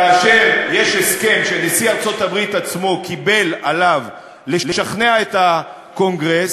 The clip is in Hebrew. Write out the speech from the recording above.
כאשר יש הסכם שנשיא ארצות-הברית עצמו קיבל עליו לשכנע את הקונגרס,